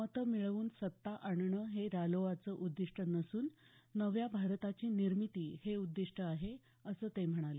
मतं मिळवून सत्ता आणणं हे रालोआचं उद्दिष्ट नसून नव्या भारताची निर्मिती हे उद्दिष्ट आहे असं ते म्हणाले